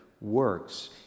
works